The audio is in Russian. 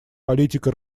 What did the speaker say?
политика